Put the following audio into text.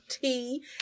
tea